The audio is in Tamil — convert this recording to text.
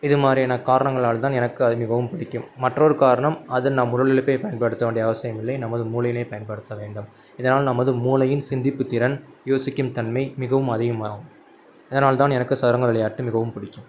இதுமாதிரியான காரணங்களால் தான் எனக்கு அது மிகவும் பிடிக்கும் மற்றொரு காரணம் அது நம் உடல் உழைப்பை பயன்படுத்த வேண்டிய அவசியம் இல்லை நமது மூளையினை பயன்படுத்த வேண்டும் இதனால் நமது மூளையின் சிந்திப்புத் திறன் யோசிக்கும் தன்மை மிகவும் அதிகமாகும் அதனால்தான் எனக்கு சதுரங்க விளையாட்டு மிகவும் பிடிக்கும்